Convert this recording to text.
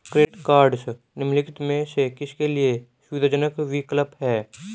Credit cards निम्नलिखित में से किसके लिए सुविधाजनक विकल्प हैं?